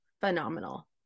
phenomenal